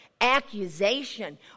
accusation